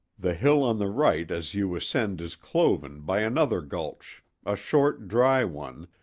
the hill on the right as you ascend is cloven by another gulch, a short dry one,